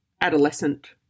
adolescent